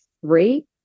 three